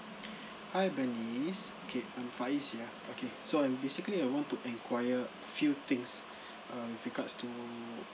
hi bernice okay I'm faiz here okay so I'm basically I want to enquire a few things uh with regards to